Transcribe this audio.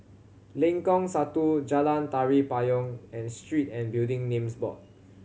Lengkong Satu Jalan Tari Payong and Street and Building Names Board